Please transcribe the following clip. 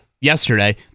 yesterday